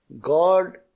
God